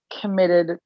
committed